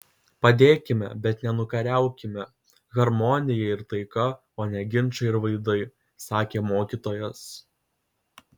padėkime bet ne nukariaukime harmonija ir taika o ne ginčai ir vaidai sakė mokytojas